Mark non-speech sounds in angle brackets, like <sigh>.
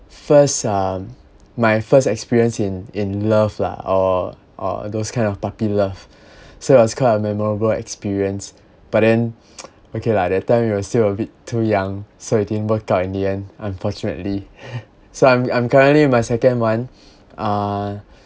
first um my first experience in in love lah or or those kind of puppy love so it was quite a memorable experience but then <noise> okay lah that time we are still a bit too young so it didn't work out in the end unfortunately <laughs> so I'm I'm currently with my second one uh